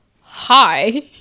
hi